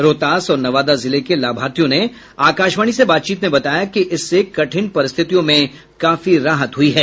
रोहतास और नवादा जिले के लाभार्थियों ने आकाशवाणी से बातचीत में बताया कि इससे कठिन परिस्थितियों में काफी राहत हुई है